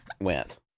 went